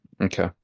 Okay